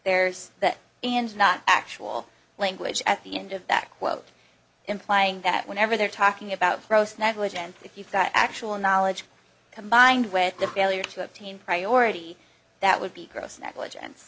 there's that and not actual language at the end of that quote implying that whenever they're talking about gross negligence if you've got actual knowledge combined with the failure to obtain priority that would be gross negligence